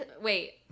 wait